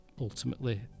ultimately